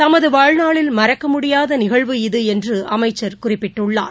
தமது வாழ்நாளில் மறக்கமுடியாத நிகழ்வு இது என்று அமைச்சர் குறிப்பிட்டுள்ளார்